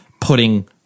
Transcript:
putting